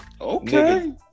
Okay